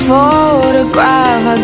Photograph